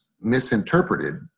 misinterpreted